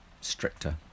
stricter